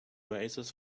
oasis